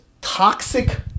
toxic